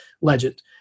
legend